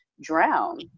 drown